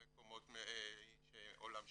במקומות של עולם שלישי,